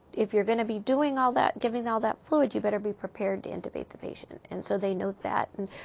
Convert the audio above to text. if you're going to be doing all that giving all that fluid you better be prepared to intubate the patient. and so they note that. and